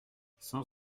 cent